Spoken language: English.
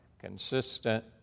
consistent